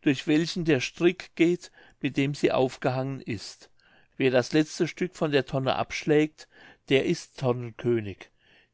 durch welchen der strick geht mit dem sie aufgehangen ist wer das letzte stück von der tonne abschlägt der ist tonnenkönig